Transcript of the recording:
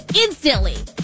Instantly